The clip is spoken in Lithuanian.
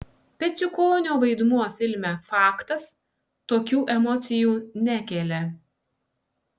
peciukonio vaidmuo filme faktas tokių emocijų nekelia